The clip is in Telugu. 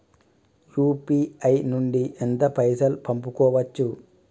యూ.పీ.ఐ నుండి ఎంత పైసల్ పంపుకోవచ్చు?